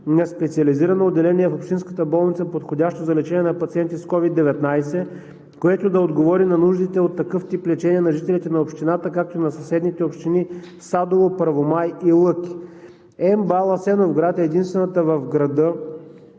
специализирано отделение в общинската болница, подходящо за лечение на пациенти с COVID-19, което да отговори на нуждите от такъв тип лечение на жителите на общината, както и на съседните общини Садово, Първомай и Лъки. МБАЛ – Асеновград, е единствената в града